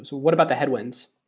what about the headwinds?